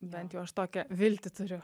bent jau aš tokią viltį turiu